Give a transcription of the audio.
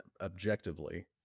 objectively